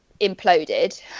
imploded